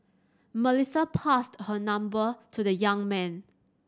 Melissa passed her number to the young man